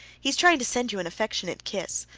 he is trying to send you an affectionate kiss.